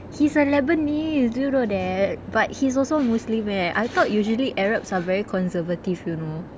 he's a lebanese do you know that but he's also muslim eh I thought usually arabs are very conservative you know